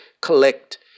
collect